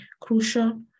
crucial